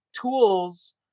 tools